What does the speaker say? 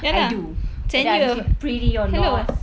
I do whether I'm still pretty or not